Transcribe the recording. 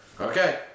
okay